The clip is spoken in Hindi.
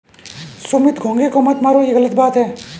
सुमित घोंघे को मत मारो, ये गलत बात है